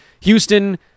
Houston